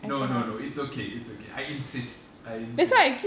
no no no it's okay it's okay I insist I insist